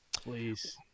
Please